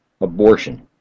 Abortion